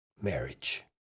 marriage